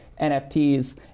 NFTs